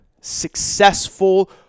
successful